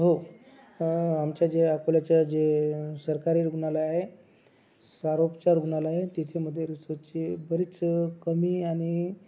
हो आमचं जे अकोल्याचं जे सरकारी रुग्णालय आहे सर्वोपचार रुग्णालय आहे तिथे मध्ये बरीच कमी आणि